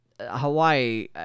hawaii